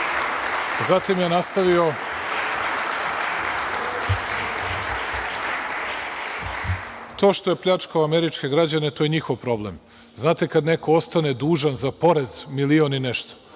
i to je u redu. To što je pljačkao američke građane, to je njihov problem. Znate, kada neko ostane dužan za porez milion i nešto,